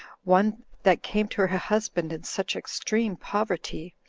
one that came to her husband in such extreme poverty,